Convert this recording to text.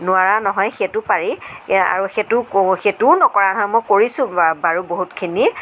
নোৱাৰা নহয় সেইটোও পাৰি এ আৰু সেইটোও নকৰা নহয় মই কৰিছোঁ বা বাৰু বহুতখিনি